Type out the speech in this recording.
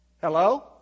Hello